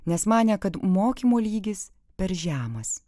nes manė kad mokymo lygis per žemas